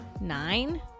nine